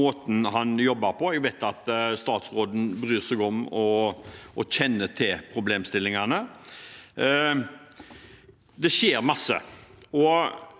Jeg vet at statsråden bryr seg om og kjenner til problemstillingene. Det skjer masse,